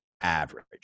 average